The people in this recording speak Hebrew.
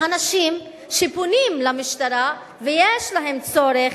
מספר הנשים שפונות למשטרה ויש להן צורך